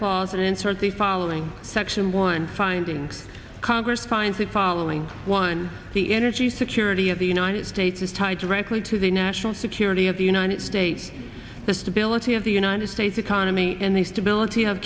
clause and insert the following section one finding congress finds the following one the energy security of the united states is tied directly to the national security of the united states the stability of the united states economy and the stability of